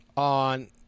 on